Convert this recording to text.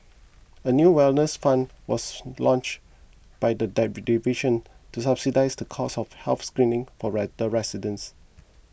a new wellness fund was launched by the dive division to subsidise the cost of health screenings for the residents